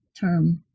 term